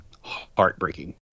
heartbreaking